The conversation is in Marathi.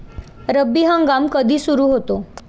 रब्बी हंगाम कधी सुरू होतो?